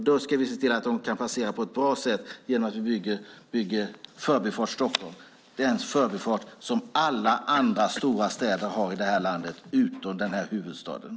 Då ska vi se till att de kan passera på ett bra sätt genom att vi bygger Förbifart Stockholm, en förbifart som alla andra stora städer utom huvudstaden i det här landet har.